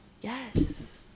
Yes